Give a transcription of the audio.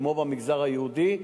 כמו במגזר היהודי.